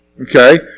Okay